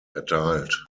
erteilt